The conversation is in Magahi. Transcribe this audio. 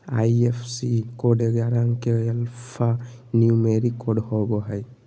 आई.एफ.एस.सी कोड ग्यारह अंक के एल्फान्यूमेरिक कोड होवो हय